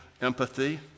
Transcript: empathy